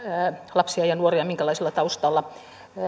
lapsia ja nuoria ja minkälaisella taustalla